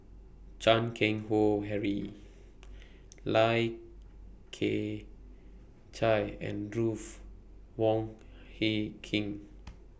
Chan Keng Howe Harry Lai Kew Chai and Ruth Wong Hie King